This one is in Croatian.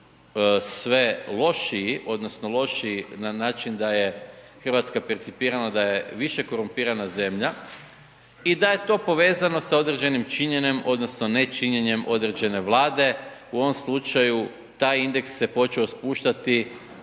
sve lošiji odnosno lošiji na način da je Hrvatska percipirana, a je više korumpirana zemlja i da je to povezano sa određenim činjenjem odnosno ne činjenjem određene vlade. U ovom slučaju taj indeks se počeo spuštati